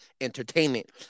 entertainment